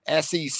SEC